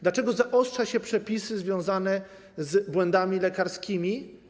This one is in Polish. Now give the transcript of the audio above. Dlaczego zaostrza się przepisy związane z błędami lekarskimi?